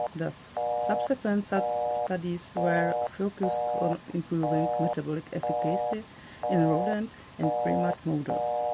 thus, subsequent so studies were focused on improving metabolic efficacy in rodent and primate models.